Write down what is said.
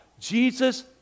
Jesus